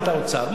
מה רע בזה?